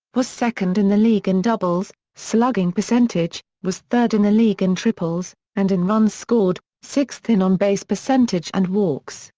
was second in the league in doubles, slugging percentage, was third in the league in triples, and in runs scored, sixth in on-base percentage and walks,